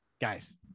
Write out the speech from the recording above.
Guys